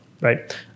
Right